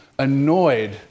Annoyed